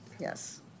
yes